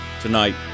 tonight